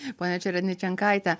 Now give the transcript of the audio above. ponia čeredničenkaite